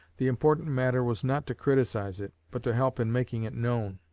the important matter was not to criticise it, but to help in making it known.